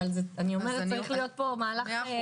אני אומרת, צריך להיות פה מהלך.